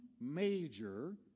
major